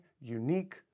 unique